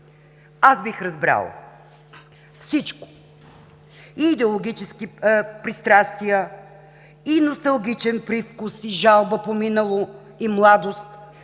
Бих разбрала всичко – и идеологически пристрастия, и носталгичен привкус и жалба по минало и младост,